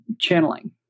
channeling